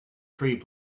tree